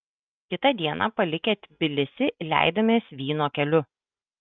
kitą dieną palikę tbilisį leidomės vyno keliu